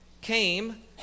Came